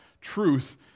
truth